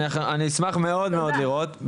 אני אשמח מאוד לראות.